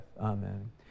amen